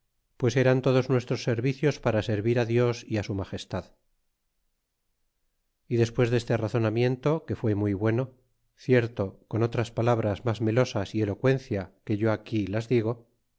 pues eran todos nuestros servicios para servir dios y su magestad y despues deste razonamiento que fue muy bueno cierto z on otras palabras mas melosas y eloqüencia que yo aquí las digo